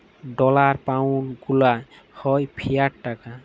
dollar, pound গুলা হ্যয় fiat টাকা